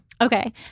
Okay